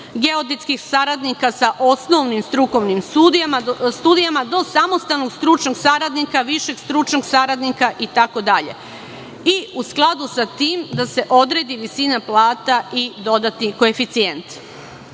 geodetskih saradnika sa osnovnim strukovnim studijama, do samostalnog stručnog saradnika, višeg stručnog saradnika itd. i u skladu sa tim da se odredi visina plata i dodatnih koeficijenata.